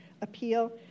appeal